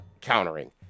countering